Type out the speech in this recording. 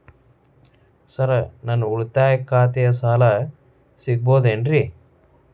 Sir ನನ್ನ ಉಳಿತಾಯ ಖಾತೆಯ ಸಾಲ ಸಿಗಬಹುದೇನ್ರಿ?